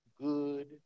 good